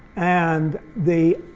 and the